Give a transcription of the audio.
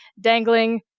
dangling